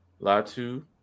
Latu